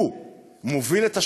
הוא מוביל את השיירה,